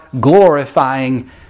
glorifying